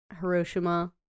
Hiroshima